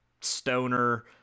stoner